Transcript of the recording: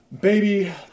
Baby